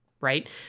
right